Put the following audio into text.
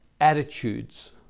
Attitudes